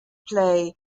play